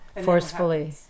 Forcefully